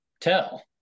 tell